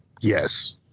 Yes